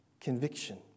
Conviction